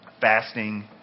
fasting